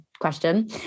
question